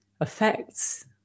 affects